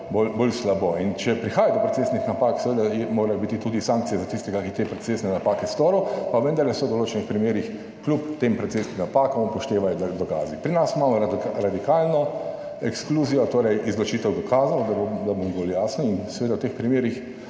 bolj slabo. In če prihaja do procesnih napak, seveda morajo biti tudi sankcije za tistega, ki je te procesne napake storil, pa vendarle se v določenih primerih kljub tem procesnim napakam upoštevajo dokazi. Pri nas imamo radikalno ekskluzijo, torej izločitev dokazov, da bom bolj jasen, in seveda v teh primerih